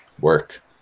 work